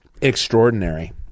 extraordinary